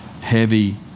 heavy